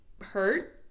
hurt